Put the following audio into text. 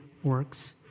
works